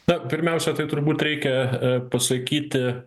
na pirmiausia tai turbūt reikia pasakyti